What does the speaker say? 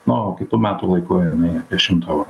na o kitu metų laiku jinai apie šimtą eurų